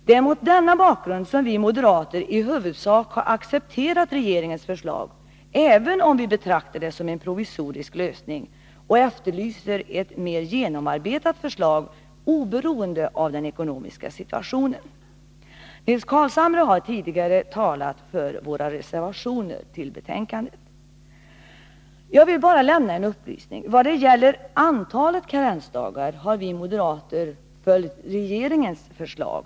Det är mot denna bakgrund som vi moderater i huvudsak accepterat regeringens förslag, även om vi betraktar det som en provisorisk lösning och efterlyser ett mer genomarbetat förslag oberoende av den ekonomiska situationen. Nils Carlshamre har tidigare talat för våra reservationer till betänkandet. Jag vill bara lämna en upplysning. Vad gäller antalet karensdagar har vi moderater följt regeringens förslag.